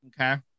Okay